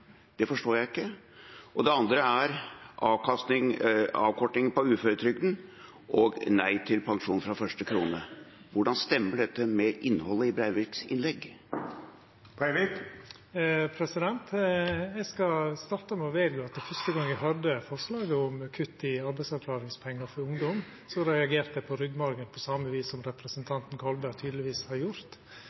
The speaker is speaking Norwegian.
Det forstår jeg ikke. Det andre er avkorting i uføretrygden og nei til pensjon fra første krone. Hvordan stemmer dette med innholdet i Breiviks innlegg? Eg skal starta med å vedgå at fyrste gong eg høyrde forslaget om kutt i arbeidsavklaringspengar for ungdom, reagerte eg i ryggmergen på same vis som representanten Kolberg tydelegvis har gjort.